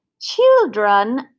children